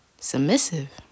Submissive